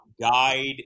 guide